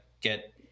get